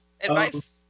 advice